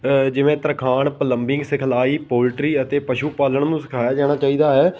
ਜਿਵੇਂ ਤਰਖਾਣ ਪਲੰਬਿੰਗ ਸਿਖਲਾਈ ਪੋਲਟਰੀ ਅਤੇ ਪਸ਼ੂ ਪਾਲਣ ਨੂੰ ਸਿਖਾਇਆ ਜਾਣਾ ਚਾਹੀਦਾ ਹੈ